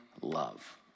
love